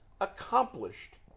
accomplished